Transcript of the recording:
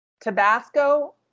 Tabasco